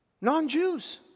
Non-Jews